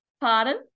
Pardon